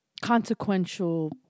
consequential